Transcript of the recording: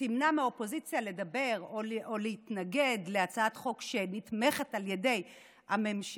תמנע מהאופוזיציה לדבר או להתנגד להצעת חוק שנתמכת על ידי הממשלה,